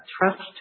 trust